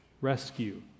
rescue